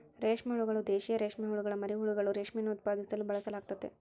ರೇಷ್ಮೆ ಹುಳುಗಳು, ದೇಶೀಯ ರೇಷ್ಮೆಹುಳುಗುಳ ಮರಿಹುಳುಗಳು, ರೇಷ್ಮೆಯನ್ನು ಉತ್ಪಾದಿಸಲು ಬಳಸಲಾಗ್ತತೆ